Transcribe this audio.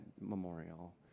memorial